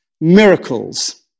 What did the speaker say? miracles